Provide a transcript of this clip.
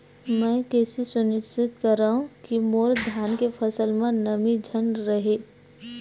मैं कइसे सुनिश्चित करव कि मोर धान के फसल म नमी झन रहे?